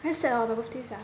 very sad hor 我的 birthday sia